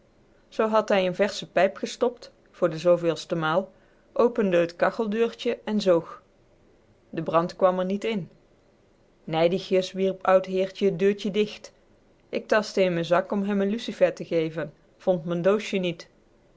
zoo had hij een versche pijp gestopt voor de zooveelste maal opende het kacheldeurtje en zoog de brand kwam er niet in nijdigjes wierp oud heertje t deurtje dicht ik tastte in mijn zak om hem een lucifer te geven vond m'n doosje niet